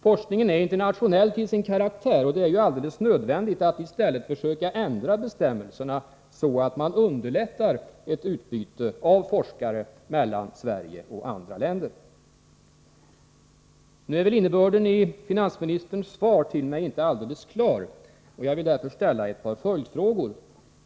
Forskningen är internationell till sin karaktär, och det är alldeles nödvändigt att vi i stället, tvärtom, försöker ändra bestämmelserna så att de underlättar ett utbyte av forskare mellan Sverige och andra länder. Innebörden av finansministerns svar till mig är inte alldeles klar. Jag vill därför ställa ett par följdfrågor.